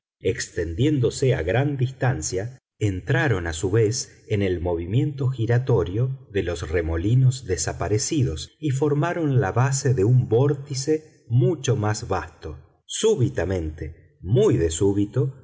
extendiéndose a gran distancia entraron a su vez en el movimiento giratorio de los remolinos desaparecidos y formaron la base de un vórtice mucho más vasto súbitamente muy de súbito